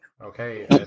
Okay